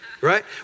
right